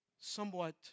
somewhat